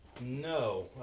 No